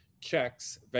checks